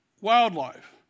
wildlife